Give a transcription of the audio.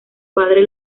padre